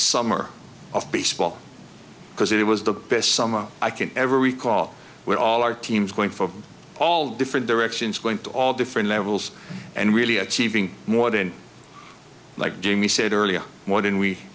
summer of baseball because it was the best summer i can ever recall with all our teams going from all different directions going to all different levels and really achieving more than like jamie said earlier more than we